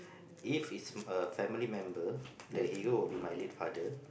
if is a family member the hero will be my late father